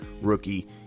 rookie